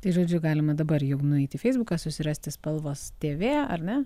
tai žodžiu galima dabar jau nueit į feisbuką susirasti spalvos tv ar ne